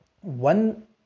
One